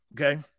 Okay